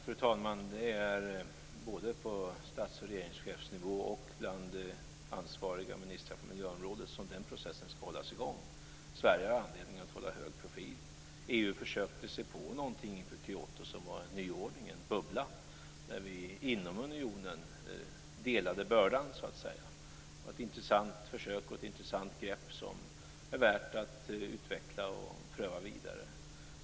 Fru talman! Den processen skall hållas i gång både på stats och regeringschefsnivå och bland ansvariga ministrar på miljöområdet. Sverige har anledning att hålla en hög profil. EU försökte sig på någonting inför Kyotomötet som var en nyordning, en bubbla, där vi inom unionen så att säga delade bördan. Det var ett intressant försök och ett intressant grepp som är värt att utveckla och pröva vidare.